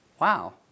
Wow